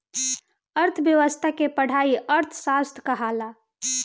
अर्थ्व्यवस्था के पढ़ाई अर्थशास्त्र कहाला